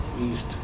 east